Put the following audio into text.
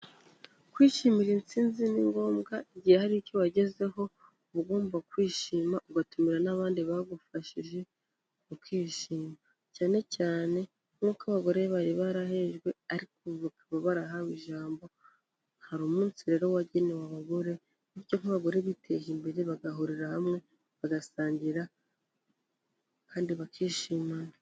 Kwishimira intsinzi ni ngombwa, igihe hari icyo wagezeho uba ugomba kwishima, ugatumira n'abandi bagufashije mukishima, cyane cyane nk'uko abagore bari barahejwe ariko ubu bakaba barahawe ijambo. Hari umunsi rero wagenewe abagore, bityo nk'abagore biteje imbere bagahurira hamwe bagasangira kandi bakishimana.